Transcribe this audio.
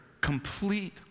complete